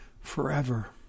forever